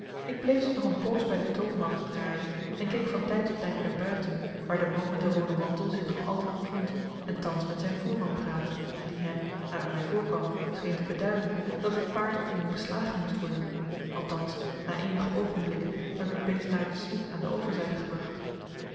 ik bleef dus nog een poos bij de toonbank draaien en keek van tijd tot tijd naar buiten waar de man met den rooden mantel zich nog altijd bevond en thans met zijn voerman praatte die hem naar het mij voorkwam scheen te beduiden dat het paard opnieuw beslagen moest worden althans na eenige oogenblikken werd het beest naar den smid aan de overzijde gebracht